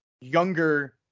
younger